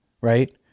right